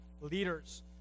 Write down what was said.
leaders